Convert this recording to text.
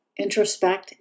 introspect